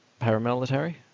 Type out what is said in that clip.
paramilitary